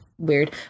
weird